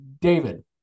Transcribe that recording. David